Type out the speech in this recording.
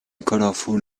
colorful